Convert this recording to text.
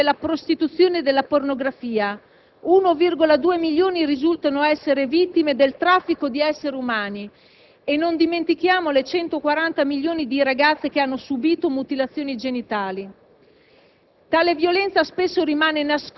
1,8 milioni sono vittime della prostituzione e della pornografia; 1,2 milioni risultano essere vittime del traffico di esseri umani. Non dimentichiamo poi 140 milioni di ragazze che hanno subito mutilazioni genitali.